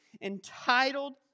entitled